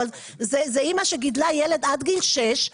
אבל זו אמא שגידלה ילד עד גיל שש.